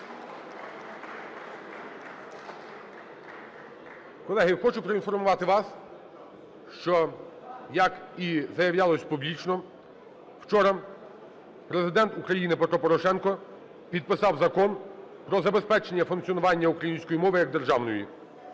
Колеги, я хочу проінформувати вас, що, як і заявлялось публічно, вчора Президент України Петро Порошенко підписав Закон "Про забезпечення функціонування української мови як державної".